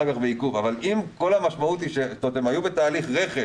אבל אם כל המשמעות היא שהם היו בתהליך רכש